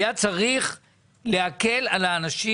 היה צריך להקל על האנשים,